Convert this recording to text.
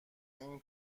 این